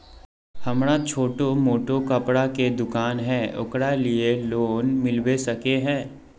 हमरा छोटो मोटा कपड़ा के दुकान है ओकरा लिए लोन मिलबे सके है?